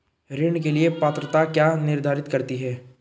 ऋण के लिए पात्रता क्या निर्धारित करती है?